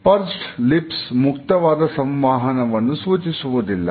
pursed lips ಮುಕ್ತವಾದ ಸಂವಹನವನ್ನು ಸೂಚಿಸುವುದಿಲ್ಲ